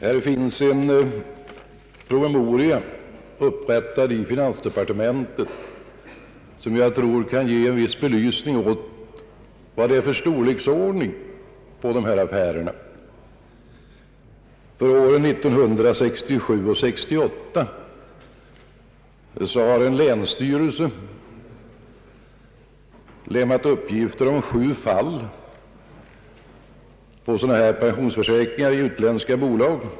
Det finns en promemoria upprättad av finansdepartementet som kan ge en viss belysning av storleksordningen på dessa affärer, För åren 1967 och 1968 har en länsstyrelse lämnat uppgifter om sju fall av pensionsförsäkringar i utländska bolag.